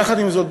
יחד עם זאת,